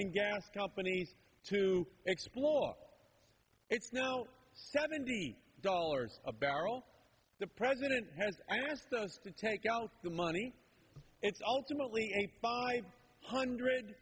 and gas companies to explore it's now seventy dollars a barrel the president has to take out the money it's ultimately five hundred